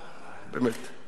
באמת.